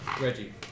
Reggie